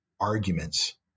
arguments